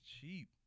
cheap